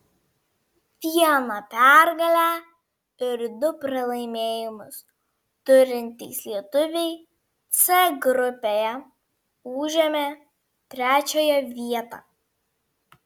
vieną pergalę ir du pralaimėjimus turintys lietuviai c grupėje užėmė trečiąją vietą